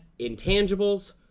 intangibles